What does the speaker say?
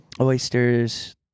oysters